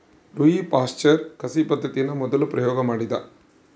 Louis Pasteur ಕಸಿ ಪದ್ದತಿಯನ್ನು ಮೊದಲು ಪ್ರಯೋಗ ಮಾಡಿದ